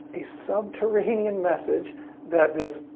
a subterranean message that this